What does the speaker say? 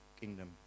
kingdom